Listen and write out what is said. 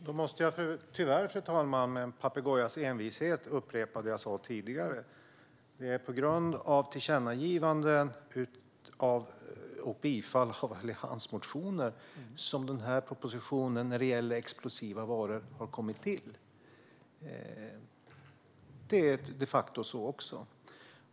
Fru talman! Jag måste tyvärr med en papegojas envishet upprepa det jag sa tidigare. Det är på grund av tillkännagivanden och bifall till hans motioner som propositionen om explosiva varor har kommit till. Det är de facto så.